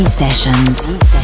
sessions